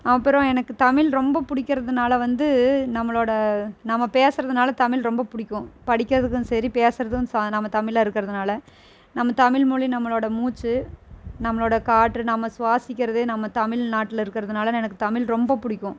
அப்புறம் எனக்கு தமிழ் ரொம்ப பிடிக்கறதுனால வந்து நம்மளோட நம்ம பேசுறதுனால தமிழ் ரொம்ப பிடிக்கும் படிக்கறதுக்கும் சரி பேசுறதும் ச நம்ம தமிழாக இருக்கிறதுனால நம்ம தமிழ் மொழி நம்மளோட மூச்சு நம்மளோட காற்று நம்ம சுவாசிக்கிறது நம்ம தமிழ்நாட்டில் இருக்கிறதுனால எனக்கு தமிழ் ரொம்ப பிடிக்கும்